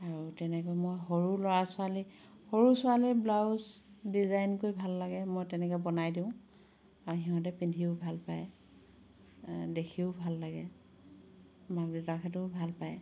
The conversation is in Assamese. আৰু তেনেকৈ মই সৰু ল'ৰা ছোৱালী সৰু ছোৱালীৰ ব্লাউজ ডিজাইন কৰি ভাল লাগে মই তেনেকৈ বনাই দিওঁ আৰু সিহঁতে পিন্ধিও ভাল পায় দেখিও ভাল লাগে মাক দেউতাকহঁতেও ভাল পায়